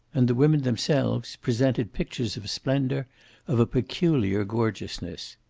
and the women themselves presented pictures of splendor of a peculiar gorgeousness.